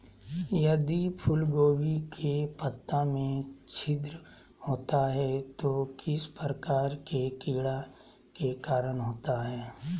यदि फूलगोभी के पत्ता में छिद्र होता है तो किस प्रकार के कीड़ा के कारण होता है?